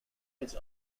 its